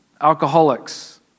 alcoholics